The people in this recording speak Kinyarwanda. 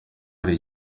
hari